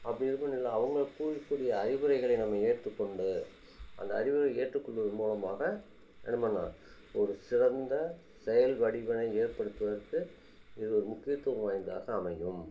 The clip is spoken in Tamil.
அப்படி இருக்கும் நிலை அவங்க கூறக்கூடிய அறிவுரைகளை நம்ம ஏற்றுக்கொண்டு அந்த அறிவுரை ஏற்றுக்கொள்வது மூலமாக என்ன பண்ணலாம் ஒரு சிறந்த செயல் வடிவினை ஏற்படுத்துவதற்கு இது ஒரு முக்கியத்துவம் வாய்ந்ததாக அமையும்